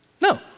No